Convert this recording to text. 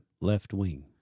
left-wing